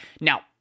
Now